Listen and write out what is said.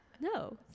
No